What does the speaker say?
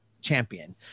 champion